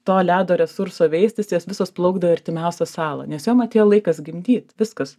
to ledo resurso veistis jos visos plaukdavo į artimiausią salą nes jom atėjo laikas gimdyt viskas